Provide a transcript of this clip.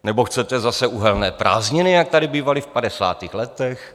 Nebo chcete zase uhelné prázdniny, jak tady bývaly v padesátých letech?